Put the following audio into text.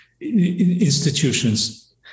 institutions